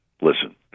listen